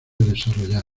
desarrollar